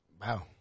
Wow